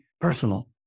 personal